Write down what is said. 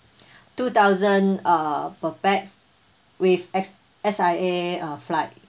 two thousand uh per pax with S S_I_A uh flight